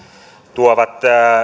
tuovan